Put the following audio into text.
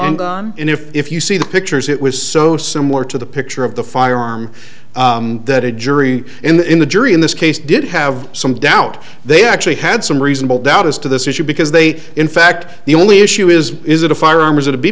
on and if if you see the pictures it was so similar to the picture of the firearm that a jury in the jury in this case did have some doubt they actually had some reasonable doubt as to this issue because they in fact the only issue is is it a firearm